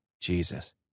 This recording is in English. Jesus